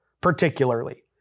particularly